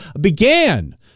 began